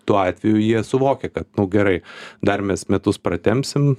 tuo atveju jie suvokia kad nu gerai dar mes metus pratempsim